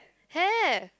have